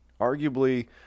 arguably